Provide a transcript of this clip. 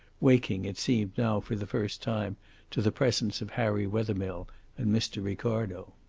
waking, it seemed, now for the first time to the presence of harry wethermill and mr. ricardo.